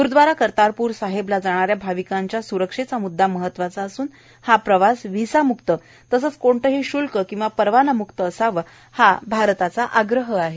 ग्रूदवारा करतारपूर साहेबला जाणा या भाविकांच्या स्रक्षेचा मुद्दा महत्वाचा असून हा प्रवास व्हिसामुक्त तसंच कोणतंही शुल्क किंवा परवाना मुक्त असावं हा भारताचा आग्रह आहे